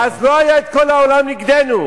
אז לא היה כל העולם נגדנו.